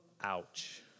Ouch